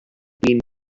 been